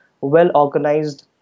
well-organized